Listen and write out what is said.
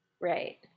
Right